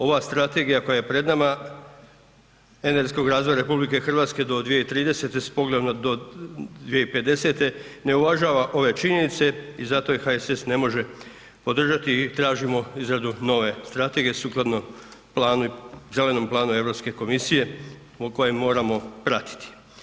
Ova strategija koja je pred nama energetskog razvoja RH do 2030. s pogledom na 2050. ne uvažava ove činjenice i zato je HSS ne može podržati i tražimo izradu nove strategije sukladno planu zelenom planu Europske komisije koje moramo pratiti.